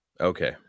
okay